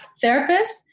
therapist